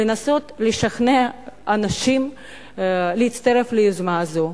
לנסות לשכנע אנשים להצטרף ליוזמה הזאת.